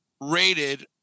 Rated